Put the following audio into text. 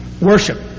worship